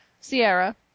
Sierra